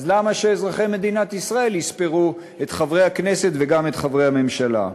אז למה אזרחי מדינת ישראל יספרו את חברי הכנסת וגם את חברי הממשלה?